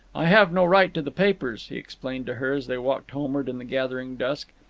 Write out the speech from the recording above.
i have no right to the papers, he explained to her, as they walked homeward in the gathering dusk.